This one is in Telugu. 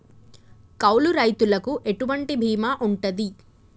కౌలు రైతులకు ఎటువంటి బీమా ఉంటది?